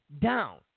down